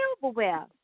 silverware